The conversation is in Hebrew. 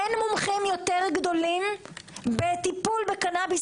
אין מומחים יותר גדולים בטיפול בקנביס